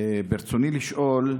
ברצוני לשאול: